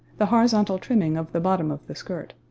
the horizontal trimming of the bottom of the skirt,